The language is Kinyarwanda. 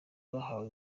bahawe